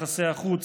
ביחסי החוץ,